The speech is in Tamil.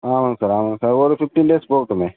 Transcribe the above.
ஆமாங்க சார் ஆமாங்க சார் ஒரு ஃபிஃப்டின் டேஸ் போவட்டுமே